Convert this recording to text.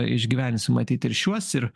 išgyvensim matyt ir šiuos ir